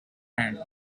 hand